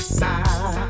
side